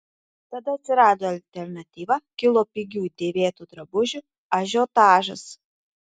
tada atsirado alternatyva kilo pigių dėvėtų drabužių ažiotažas